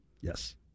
Yes